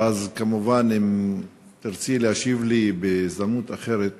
ואז, כמובן, אם תרצי להשיב לי בהזדמנות אחרת